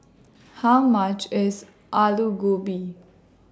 How much IS Alu Gobi